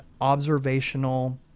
observational